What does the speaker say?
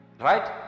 Right